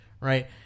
right